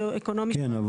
הסוציואקונומי שלה --- כן,